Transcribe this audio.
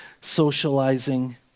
socializing